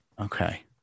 Okay